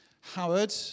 Howard